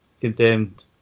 condemned